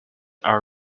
are